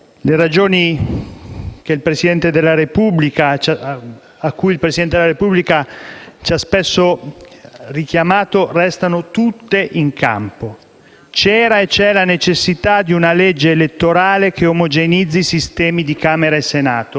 C'era e c'è la necessità di una legge elettorale che omogeneizzi i sistemi di Camera e Senato per ridurre l'ingovernabilità. C'era e c'è la necessità di una legge che restituisca forza alla rappresentanza di genere. C'era e c'è